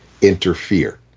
interfere